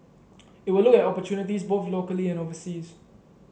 it will look at opportunities both locally and overseas